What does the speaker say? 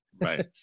Right